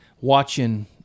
watching